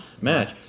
match